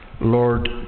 Lord